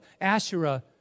Asherah